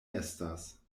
estas